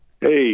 Hey